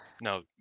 no